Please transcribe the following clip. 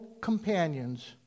companions